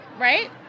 right